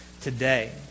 today